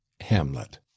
hamlet